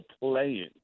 playing